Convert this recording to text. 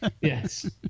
Yes